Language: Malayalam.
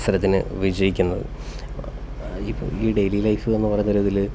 മത്സരത്തിന് വിജയിക്കുന്നത് ഈ ഈ ഡെയിലി ലൈഫ് എന്ന് പറഞ്ഞ ഒരു ഇതിൽ